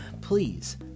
Please